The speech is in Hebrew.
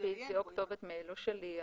כתובת מייל או שליח.